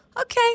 okay